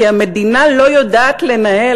כי המדינה לא יודעת לנהל,